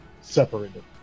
separated